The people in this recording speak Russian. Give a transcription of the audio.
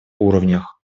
уровнях